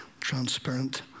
transparent